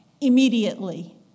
immediately